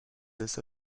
this